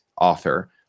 author